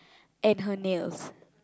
and her nails